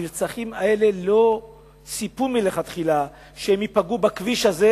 הנרצחים האלה לא חשבו מלכתחילה שהם ייפגעו בכביש הזה,